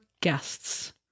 guests